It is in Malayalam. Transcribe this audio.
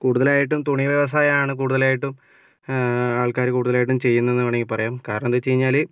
കൂടുതലായിട്ടും തുണി വ്യവസായമാണ് കൂടുതലായിട്ടും ആൾക്കാര് കൂടുതലായിട്ടും ചെയ്യുന്നതെന്ന് വേണമെങ്കിൽ പറയാം കാരണം എന്തെന്ന് വെച്ച് കഴിഞ്ഞാല്